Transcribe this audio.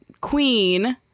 Queen